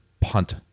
punt